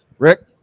Rick